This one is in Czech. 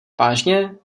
vážně